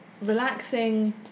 relaxing